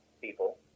people